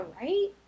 right